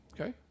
Okay